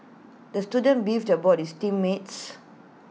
the student beefed about his team mates